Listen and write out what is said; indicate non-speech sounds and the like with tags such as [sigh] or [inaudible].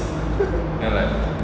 [laughs]